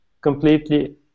completely